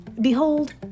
Behold